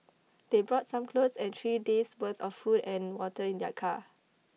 they brought some clothes and three days worth of food and water in their car